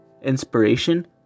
inspiration